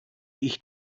ich